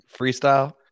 freestyle